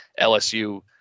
LSU